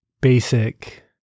basic